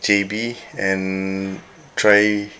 J_B and try